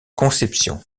conception